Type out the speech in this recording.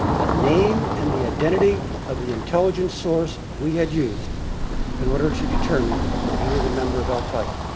the name and the identity of the intelligence source we had used in order to determine that he was a member of al-qaeda.